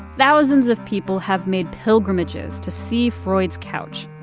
thousands of people have made pilgrimages to see freud's couch.